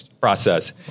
process